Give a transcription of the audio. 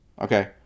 Okay